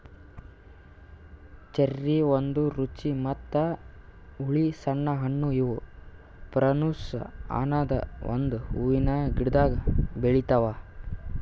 cherry ಒಂದ್ ರುಚಿ ಮತ್ತ ಹುಳಿ ಸಣ್ಣ ಹಣ್ಣು ಇವು ಪ್ರುನುಸ್ ಅನದ್ ಒಂದು ಹೂವಿನ ಗಿಡ್ದಾಗ್ ಬೆಳಿತಾವ್